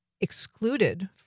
excluded